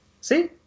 See